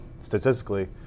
statistically